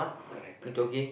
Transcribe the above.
correct correct